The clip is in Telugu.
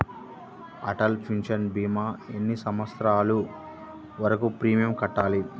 అటల్ పెన్షన్ భీమా ఎన్ని సంవత్సరాలు వరకు ప్రీమియం కట్టాలి?